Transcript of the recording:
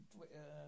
Twitter